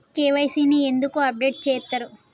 KYC ని ఎందుకు update చేత్తరు?